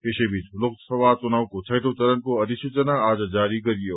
यसैबीच लोकसभा चुनावको छैटौं चरणको अधिसूचना आज जार गरियो